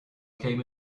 came